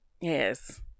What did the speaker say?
Yes